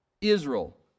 Israel